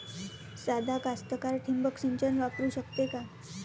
सादा कास्तकार ठिंबक सिंचन वापरू शकते का?